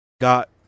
got